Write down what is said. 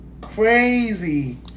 crazy